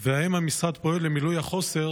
2. האם המשרד פועל למילוי החוסר